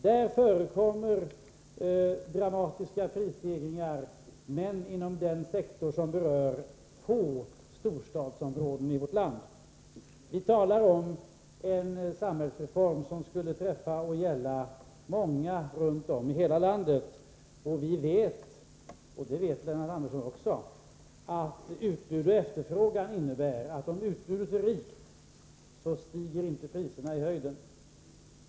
Där förekommer dramatiska prisstegringar, men bara inom den sektor som berör få storstadsområden i vårt land. Vi talar om en samhällsreform som skulle träffa och gälla många runt om i hela landet. Vi vet, och Lennart Andersson vet också, att lagen om utbud och efterfrågan innebär att om utbudet är rikt stiger inte priserna i höjden.